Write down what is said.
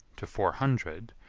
to four hundred,